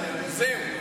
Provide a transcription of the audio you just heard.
זהו.